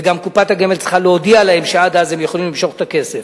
וגם קופת הגמל צריכה להודיע להם שעד אז הם יוכלו למשוך את הכסף.